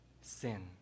sin